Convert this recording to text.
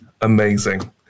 amazing